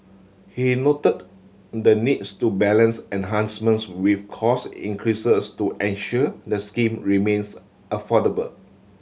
he noted the needs to balance enhancements with cost increases to ensure the scheme remains affordable